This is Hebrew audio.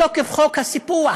מתוקף חוק הסיפוח,